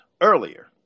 Earlier